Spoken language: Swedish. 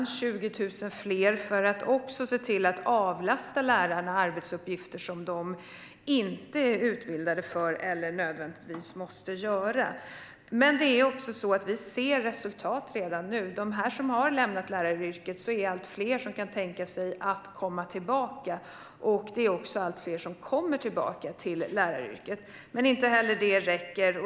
Det är 20 000 fler för att se till att avlasta lärarna arbetsuppgifter som de inte är utbildade för eller nödvändigtvis måste göra. Vi ser resultat redan nu. Av dem som har lämnat läraryrket är det allt fler som kan tänka sig att komma tillbaka. Det är också allt fler som kommer tillbaka till läraryrket. Men inte heller det räcker.